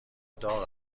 داغ